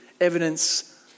evidence